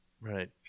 Right